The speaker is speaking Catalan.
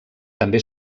també